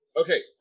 Okay